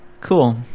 Cool